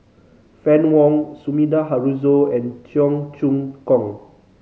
Fann Wong Sumida Haruzo and Cheong Choong Kong